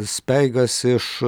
speigas iš